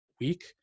weak